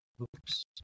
Oops